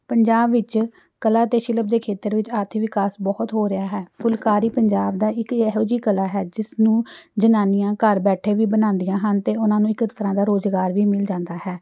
ਪੰਜਾਬ ਵਿੱਚ ਕਲਾ ਅਤੇ ਸ਼ਿਲਪ ਦੇ ਖੇਤਰ ਵਿੱਚ ਆਰਥਿਕ ਵਿਕਾਸ ਬਹੁਤ ਹੋ ਰਿਹਾ ਹੈ ਫੁਲਕਾਰੀ ਪੰਜਾਬ ਦਾ ਇੱਕ ਇਹੋ ਜਿਹੀ ਕਲਾ ਹੈ ਜਿਸਨੂੰ ਜਨਾਨੀਆਂ ਘਰ ਬੈਠੇ ਵੀ ਬਣਾਉਂਦੀਆਂ ਹਨ ਅਤੇ ਉਹਨਾਂ ਨੂੰ ਇੱਕ ਤਰ੍ਹਾਂ ਦਾ ਰੁਜ਼ਗਾਰ ਵੀ ਮਿਲ ਜਾਂਦਾ ਹੈ